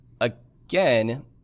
again